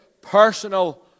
Personal